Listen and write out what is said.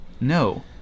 no